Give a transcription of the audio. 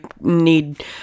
need